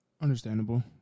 Understandable